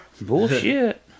bullshit